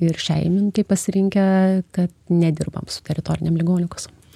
ir šiai minutei pasirinkę kad nedirbam su teritorinėm ligonių kasom